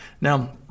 Now